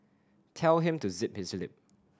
tell him to zip his lip